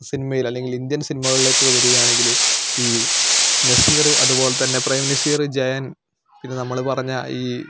സിനിമയിലെ അല്ലെങ്കിൽ ഇന്ത്യൻ സിനിമകളിലേക്ക് വരികയാണെങ്കിൽ ഈ നസീർ അതുപോലെ തന്നെ പ്രേംനസീർ ജയൻ പിന്നെ നമ്മൾ പറഞ്ഞ ഈ